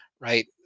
right